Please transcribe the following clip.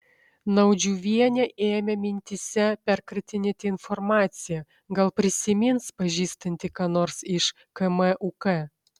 naudžiuvienė ėmė mintyse perkratinėti informaciją gal prisimins pažįstanti ką nors iš kmuk